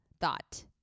thought